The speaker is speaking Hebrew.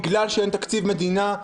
בגלל שאין תקציב מדינה,